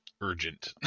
urgent